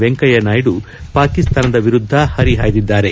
ವೆಂಕಯ್ನ ನಾಯ್ನು ಪಾಕಿಸ್ತಾನದ ವಿರುದ್ದ ಹರಿಹಾಯ್ದಿದ್ದಾರೆ